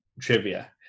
trivia